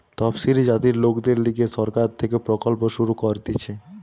তপসিলি জাতির লোকদের লিগে সরকার থেকে প্রকল্প শুরু করতিছে